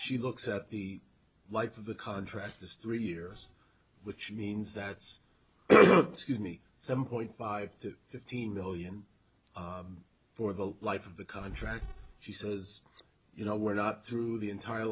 she looks at the life of the contract is three years which means that it's some point five to fifteen million for the life of the contract she says you know we're not through the entire